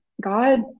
God